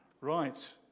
Right